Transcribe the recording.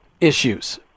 issues